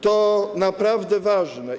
To naprawdę ważne.